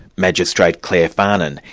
magistrate clare farnan,